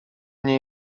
nie